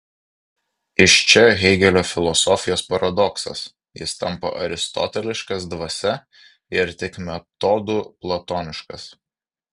iš čia hėgelio filosofijos paradoksas jis tampa aristoteliškas dvasia ir tik metodu platoniškas